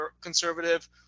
conservative